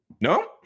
no